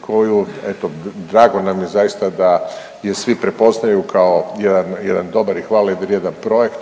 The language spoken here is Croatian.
koju, eto, drago nam je zaista da je svi prepoznaju kao jedan dobar i hvale vrijedan projekt